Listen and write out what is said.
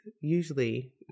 usually